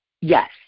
Yes